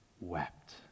wept